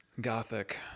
gothic